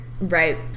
Right